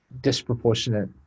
disproportionate